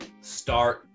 start